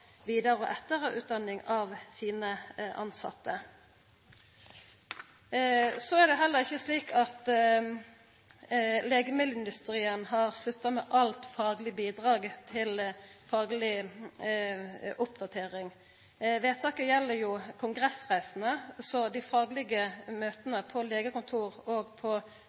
av sine tilsette. Så er det heller ikkje slik at legemiddelindustrien har slutta med alt fagleg bidrag til fagleg oppdatering. Vedtaket gjeld kongressreisene, så dei faglege møta på legekontor og på